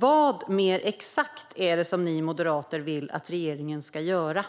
Vad mer exakt är det som ni moderater vill att regeringen ska göra?